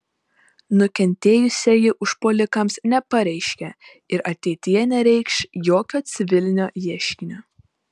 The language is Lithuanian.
nukentėjusieji užpuolikams nepareiškė ir ateityje nereikš jokio civilinio ieškinio